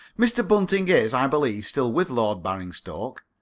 mr. bunting is, i believe, still with lord baringstoke.